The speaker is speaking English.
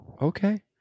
Okay